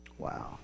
Wow